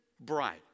bride